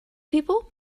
people